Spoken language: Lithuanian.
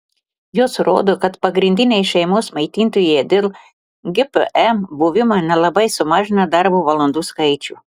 jos rodo kad pagrindiniai šeimos maitintojai dėl gpm buvimo nelabai sumažina darbo valandų skaičių